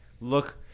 look